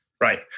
right